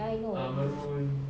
ya I know